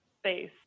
space